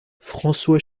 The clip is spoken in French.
françois